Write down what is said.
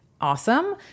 awesome